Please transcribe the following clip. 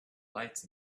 lights